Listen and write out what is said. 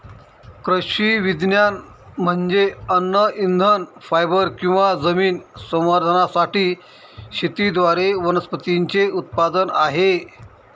कृषी विज्ञान म्हणजे अन्न इंधन फायबर किंवा जमीन संवर्धनासाठी शेतीद्वारे वनस्पतींचे उत्पादन आहे